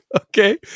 Okay